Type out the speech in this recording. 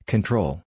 Control